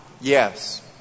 Yes